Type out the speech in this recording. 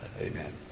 Amen